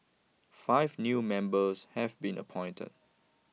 five new members have been appointed